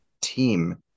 team